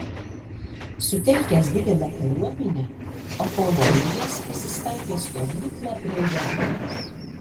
sutelkęs didelę kariuomenę apolonijas pasistatė stovyklą prie jabnės